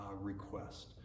request